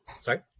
sorry